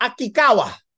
Akikawa